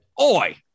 Oi